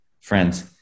friends